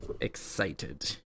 excited